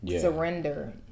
surrender